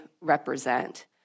represent